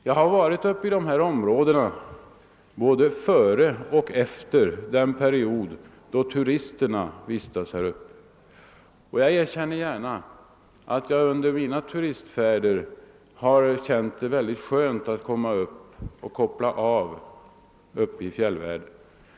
Jag har varit uppe i dessa områden både före och efter den period då turisterna vistas där och jag erkänner gärna att jag under mina turistfärder har tyckt det vara mycket skönt att koppla av uppe i fjällvärlden.